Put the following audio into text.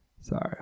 Sorry